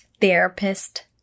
therapist